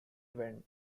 went